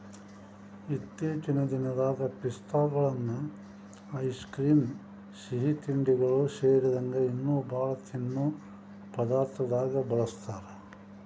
ಇತ್ತೇಚಿನ ದಿನದಾಗ ಪಿಸ್ತಾಗಳನ್ನ ಐಸ್ ಕ್ರೇಮ್, ಸಿಹಿತಿಂಡಿಗಳು ಸೇರಿದಂಗ ಇನ್ನೂ ಬಾಳ ತಿನ್ನೋ ಪದಾರ್ಥದಾಗ ಬಳಸ್ತಾರ